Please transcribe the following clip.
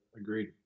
Agreed